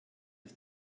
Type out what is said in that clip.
des